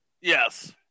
Yes